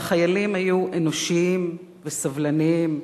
והחיילים היו אנושיים וסבלניים,